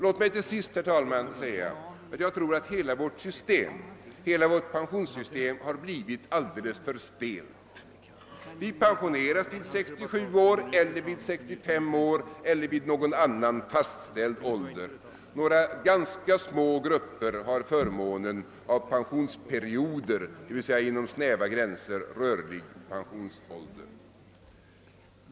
Låt mig till sist, herr talman, säga att jag tror att hela vårt pensionssystem har blivit alldeles för stelt. Vi pensioneras vid 67 år eller vid 65 år eller vid någon annan fastställd ålder. Några ganska små grupper har förmånen av pensionsperioder, d.v.s. inom snäva gränser rörlig pensionsålder.